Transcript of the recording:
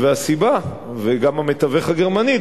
וגם המתווך הגרמני,